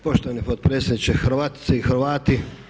Poštovani potpredsjedniče, Hrvatice i Hrvati.